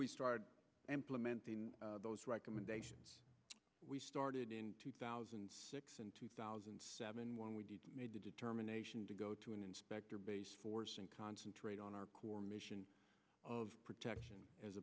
we start implementing those recommendations we started in two thousand and six and two thousand and seven when we made the determination to go to an inspector based force and concentrate on our core mission of protection as